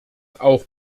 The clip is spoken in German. auch